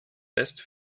west